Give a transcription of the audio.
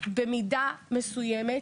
במובן הזה ברור לנו,